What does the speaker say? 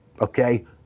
okay